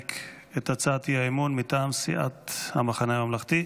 שינמק את הצעת האי- אמון מטעם סיעת המחנה הממלכתי,